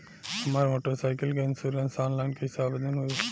हमार motorcycle के insurance online कईसे आवेदन होई?